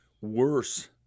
worse